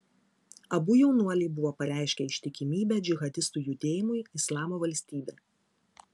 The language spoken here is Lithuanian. abu jaunuoliai buvo pareiškę ištikimybę džihadistų judėjimui islamo valstybė